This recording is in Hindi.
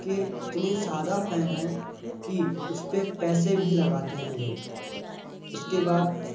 के इतने ज़्यादा फैन हैं कि उसपे पैसे भी लगाते हैं लोग उसके बाद